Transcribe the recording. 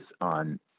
on